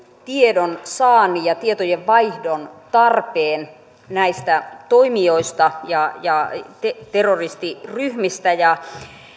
tiedonsaannin ja tietojenvaihdon tarpeen näistä toimijoista ja ja terroristiryhmistä ja